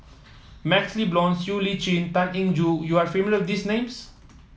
MaxLe Blond Siow Lee Chin Tan Eng Joo you are familiar with these names